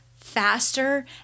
faster